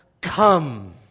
come